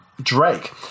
Drake